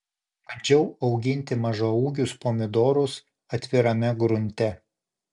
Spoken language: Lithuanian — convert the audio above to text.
bandžiau auginti mažaūgius pomidorus atvirame grunte